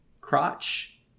crotch